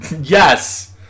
yes